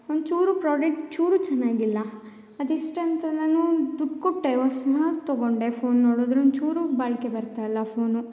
ಒಂಚೂರು ಪ್ರಾಡೆಟ್ ಚೂರು ಚೆನ್ನಾಗಿಲ್ಲ ಅದೆಷ್ಟಂತ ನಾನು ದುಡ್ಡು ಕೊಟ್ಟೆ ಹೊಸಾದು ತಗೊಂಡೆ ಫೋನ್ ನೋಡಿದರೆ ಒಂಚೂರು ಬಾಳಿಕೆ ಬರ್ತಾಯಿಲ್ಲ ಫೋನು